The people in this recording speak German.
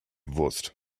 wurst